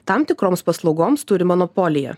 tam tikroms paslaugoms turi monopoliją